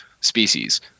species